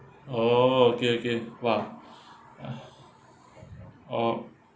oh okay okay !wah! uh oh